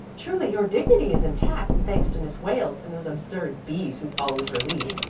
truly, your dignity is intact, thanks to miss wales and those absurd b's who followed her lead.